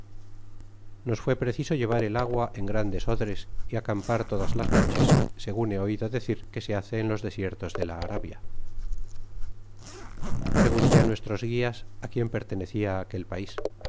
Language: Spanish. nos fué preciso llevar el agua en grandes odres y acampar todas las noches segun he oido decir que se hace e n los desiertos de la arabia preguntó nuestros guias á quien pertenecia aquel pais